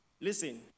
Listen